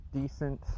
Decent